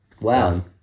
Wow